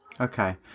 okay